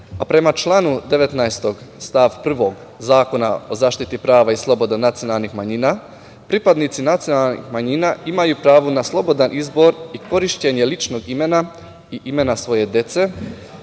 a prema članu 19. stav 1. Zakona o zaštiti prava i sloboda nacionalnih manjina, pripadnici nacionalnih manjina imaju pravo na slobodan izbor i korišćenje ličnog imena i imena svoje dece,